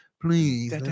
please